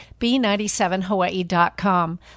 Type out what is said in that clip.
b97hawaii.com